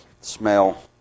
smell